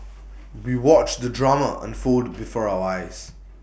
we watched the drama unfold before our eyes